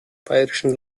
bayerischen